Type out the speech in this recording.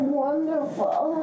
wonderful